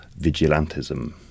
vigilantism